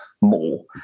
more